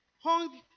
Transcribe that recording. hung